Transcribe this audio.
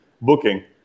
booking